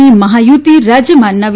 ની મહાયુતિ રાજ્યમાં નવી